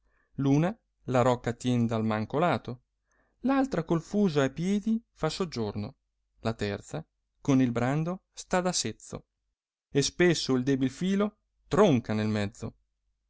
una la rocca tien dal manco lato l altra col fuso a piedi fa soggiorno la terza con il brando sta da sezzo e spesso il debil fìl tronca nel mezzo